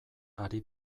ari